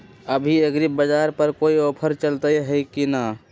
अभी एग्रीबाजार पर कोई ऑफर चलतई हई की न?